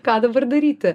ką dabar daryti